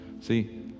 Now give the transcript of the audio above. see